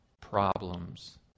problems